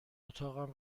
اتاقم